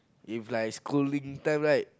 if like schooling time right